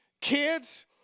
kids